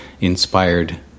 inspired